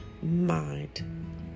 Mind